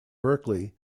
berkeley